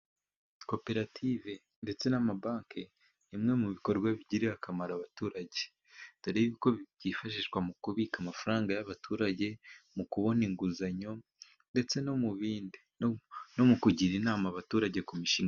Koperative ndetse n'amabanki, imwe mu bikorwa bigirira akamaro abaturage. Dore yuko byifashishwa mu kubika amafaranga y'abaturage mu kubona inguzanyo ndetse no mu bindi, no mu kugira inama abaturage ku mishinga.